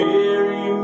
Mary